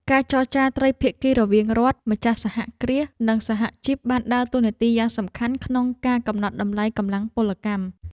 ការចរចាត្រីភាគីរវាងរដ្ឋ ម្ចាស់សហគ្រាស និងសហជីពបានដើរតួនាទីយ៉ាងសំខាន់ក្នុងការកំណត់តម្លៃកម្លាំងពលកម្ម។